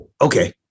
Okay